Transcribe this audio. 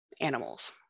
animals